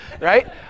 right